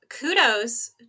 kudos